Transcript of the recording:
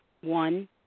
one